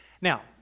Now